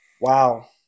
wow